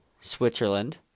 Switzerland